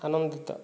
ଆନନ୍ଦିତ